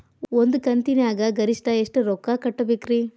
ಒಂದ್ ಕಂತಿನ್ಯಾಗ ಗರಿಷ್ಠ ಎಷ್ಟ ರೊಕ್ಕ ಕಟ್ಟಬೇಕ್ರಿ?